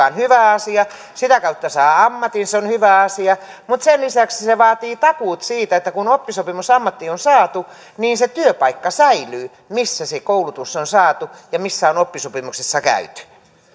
on hyvä asia sitä kautta saa ammatin se on hyvä asia mutta sen lisäksi se se vaatii takuut siitä että kun oppisopimus ammattiin on saatu niin se työpaikka säilyy missä se koulutus on saatu ja missä on oppisopimuksessa käyty